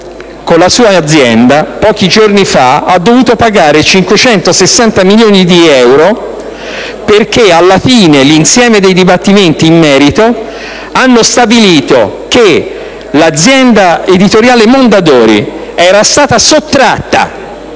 con la sua azienda pochi giorni fa ha dovuto pagare 560 milioni di euro perché l'insieme dei dibattimenti che si sono svolti in merito hanno stabilito che l'azienda editoriale Mondadori era stata sottratta,